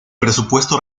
presupuesto